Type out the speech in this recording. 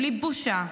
בלי בושה.